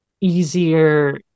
easier